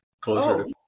closer